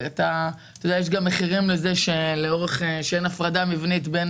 שיש גם מחירים לכך שאין הפרדה מבנית בין